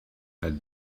had